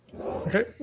Okay